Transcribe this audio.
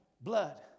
blood